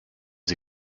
sie